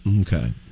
Okay